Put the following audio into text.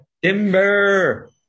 Timber